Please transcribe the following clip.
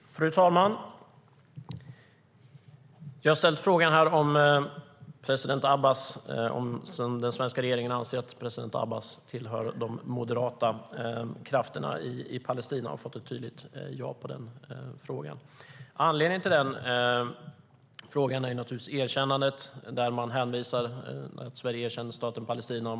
Fru talman! Jag har ställt frågan om den svenska regeringen anser att president Abbas tillhör de moderata krafterna i Palestina och fått ett tydligt ja till svar. Anledningen till frågan är naturligtvis att Sverige erkänner staten Palestina.